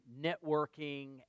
networking